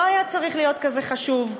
לא היה צריך להיות כזה חשוב.